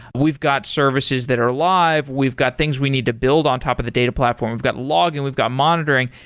we've got services that are live. we've got things we need to build on top of the data platforms. we've got logging. we've got monitoring,